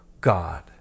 God